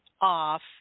off